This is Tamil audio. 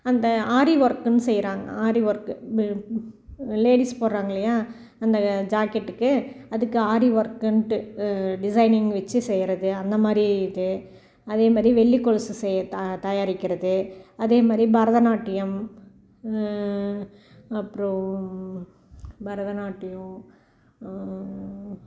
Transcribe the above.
அந்த ஆரி ஒர்க்குன்னு செய்கிறாங்க ஆரி ஒர்க்கு லேடீஸ் போடுறாங்க இல்லையா அந்த ஜாக்கெட்டுக்கு அதுக்கு ஆரி ஒர்க்குன்ட்டு டிசைனிங் வெச்சு செய்கிறது அந்தமாதிரி இது அதேமாதிரி வெள்ளி கொலுசு செ தா தயாரிக்கிறது அதேமாதிரி பரதநாட்டியம் அப்புறம் பரதநாட்டியம்